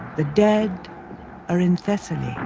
the dead are in thessaly.